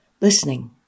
listening